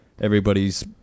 everybody's